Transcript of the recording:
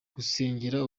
gusenyera